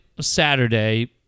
Saturday